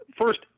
first